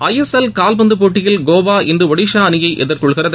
ஐ S L கால்பந்து போட்டியில் கோவா இன்று ஒடிசா அணியை எதிர்கொள்கிறது